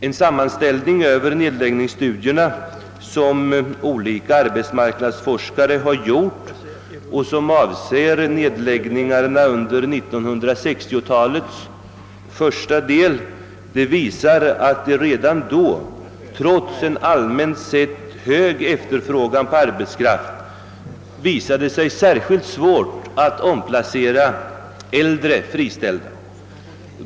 En sammanställning av de studier av företagsnedläggningar, som olika arbetsmarknadsforskare utfört och som avser nedläggningar under 1960 talets första del, ger vid handen att det redan då, trots en allmänt sett hög efterfrågan på arbetskraft, visade sig särskilt svårt att omplacera äldre friställda.